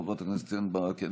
חברת הכנסת קרן ברק,